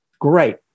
Great